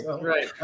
right